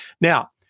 Now